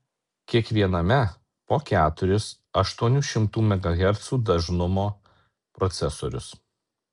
kiekviename po keturis aštuonių šimtų megahercų dažnumo procesorius